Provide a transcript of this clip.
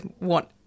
want